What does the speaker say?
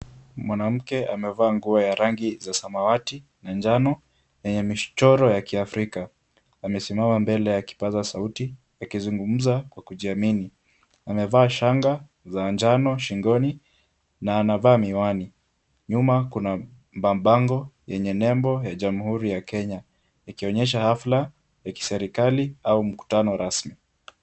Mwanamke amevaa nguo ya rangi za samawati na njano, yenye michoro ya kiafrika, amesimama mbele ya kipasa sauti akizungumza kwa kujiamini, amevaa shanga za njano shingoni na anavaa miwani, nyuma kuna mabango yenye nembo ya Jamhuri ya Kenya ikionyesha hafula ya kiserikali au mkutano rasmi.